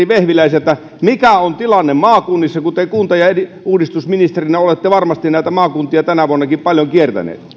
vehviläiseltä mikä on tilanne maakunnissa kun te kunta ja uudistusministerinä olette varmasti näitä maakuntia tänä vuonnakin paljon kiertänyt